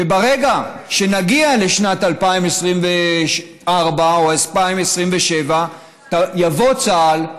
וברגע שנגיע לשנת 2024 או 2027 יבוא צה"ל,